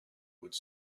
would